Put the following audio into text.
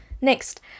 Next